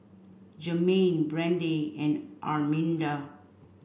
Jermaine Brande and Arminda